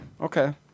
Okay